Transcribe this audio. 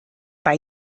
bei